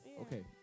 Okay